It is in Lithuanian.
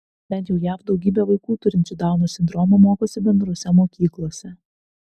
bent jau jav daugybė vaikų turinčių dauno sindromą mokosi bendrose mokyklose